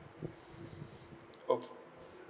okay